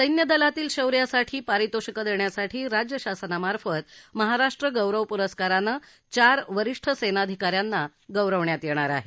सैन्य दलातील शौर्यासाठी पारितोषिके देण्यासाठी राज्य शासनामार्फत महाराष्ट्र गौरव पुरस्काराने चार वरिष्ठ सेनाधिकाऱ्यांना गौरविण्यात येणार आहे